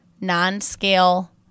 non-scale